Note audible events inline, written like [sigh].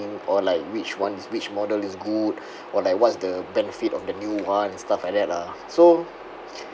or like which ones which model is good [breath] or like what's the benefit of the new one and stuff like that lah so